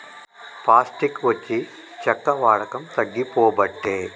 plastic వచ్చి చెక్క వాడకం తగ్గిపోబట్టే